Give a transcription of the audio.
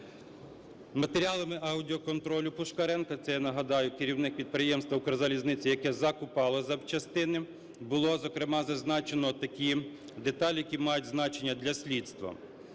Матеріалами аудіоконтролю Пушкаренка - це, я нагадаю, керівник підприємства "Укрзалізниці", яке закупало запчастини, - було, зокрема, зазначено такі деталі, які мають значення для слідства.